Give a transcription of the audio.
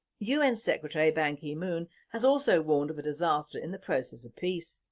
un secretary ban ki moon has also warned of a disaster in the process of peace.